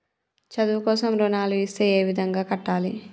చదువు కోసం రుణాలు ఇస్తే ఏ విధంగా కట్టాలి?